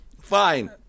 Fine